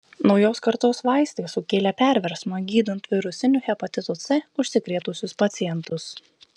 naujos kartos vaistai sukėlė perversmą gydant virusiniu hepatitu c užsikrėtusius pacientus